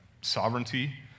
sovereignty